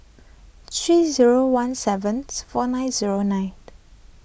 three zero one seven four nine zero nine